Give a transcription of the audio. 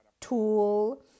tool